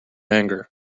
anger